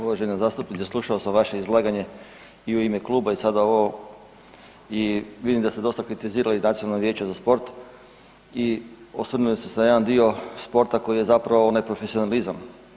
Uvažena zastupnice, slušao sam vaše izlaganje i u ime kluba i sada ove i vidim da ste dosta kritizirali Nacionalno vijeće za sport i osvrnuli ste se na jedan dio sporta koji je zapravo neprofesionalizam.